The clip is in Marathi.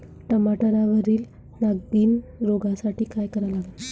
टमाट्यावरील नागीण रोगसाठी काय करा लागन?